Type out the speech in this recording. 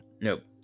nope